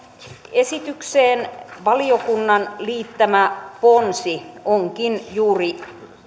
esitykseen valiokunnan liittämä ponsi onkin juuri